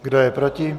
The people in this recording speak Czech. Kdo je proti?